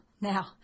now